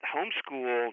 Homeschool